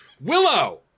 willow